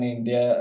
India